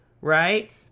Right